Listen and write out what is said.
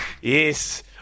Yes